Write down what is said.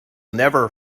never